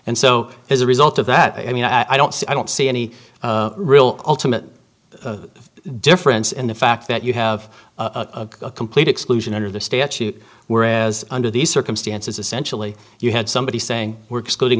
and so as a result of that i mean i don't see i don't see any real ultimate difference in the fact that you have a complete exclusion under the statute whereas under these circumstances essentially you had somebody saying we're ex